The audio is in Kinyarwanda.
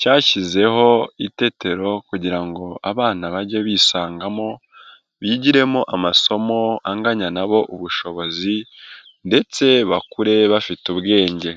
cyashyizeho itetero kugira ngo abana bage bisangamo bigiremo amasomo anganya na bo ubushobozi ndetse bakure bafite ubwenge.